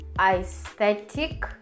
aesthetic